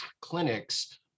clinics